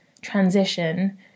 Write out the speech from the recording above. transition